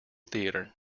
theatre